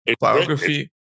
biography